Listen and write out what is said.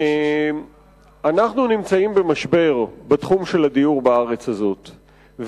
אנחנו נמצאים במשבר בתחום של הדיור בארץ הזאת,